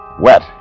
Wet